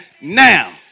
now